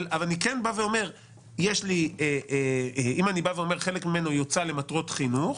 אם אני בא ואומר שחלק ממנו יוצא למטרות חינוך,